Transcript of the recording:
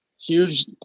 huge